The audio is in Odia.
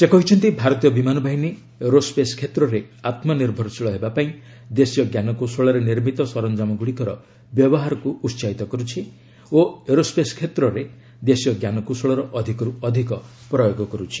ସେ କହିଛନ୍ତି ଭାରତୀୟ ବିମାନ ବାହିନୀ ଏରୋସ୍କେସ୍ କ୍ଷେତ୍ରରେ ଆତ୍ମନିର୍ଭରଶୀଳ ହେବା ପାଇଁ ଦେଶୀୟ ଜ୍ଞାନକୌଶଳରେ ନିର୍ମିତ ସରଞ୍ଜାମଗୁଡ଼ିକର ବ୍ୟବହାରକୁ ଉସାହିତ କରୁଛି ଓ ଏରୋସ୍କେସ୍ କ୍ଷେତ୍ରରେ ଦେଶୀୟ ଜ୍ଞାନକୌଶଳର ଅଧିକରୁ ଅଧିକ ପ୍ରୟୋଗ କରୁଛି